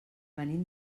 venim